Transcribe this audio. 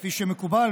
כפי שמקובל,